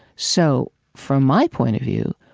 so from my point of view,